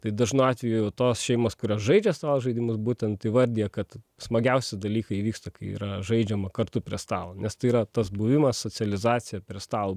tai dažnu atveju tos šeimos kurios žaidžia stalo žaidimus būtent įvardija kad smagiausi dalykai įvyksta kai yra žaidžiama kartu prie stalo nes tai yra tas buvimas socializacija prie stal